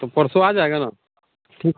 तो परसों आ जाईएगा ना ठीक